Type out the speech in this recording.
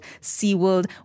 SeaWorld